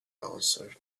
answered